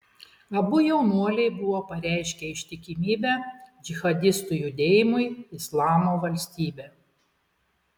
abu jaunuoliai buvo pareiškę ištikimybę džihadistų judėjimui islamo valstybė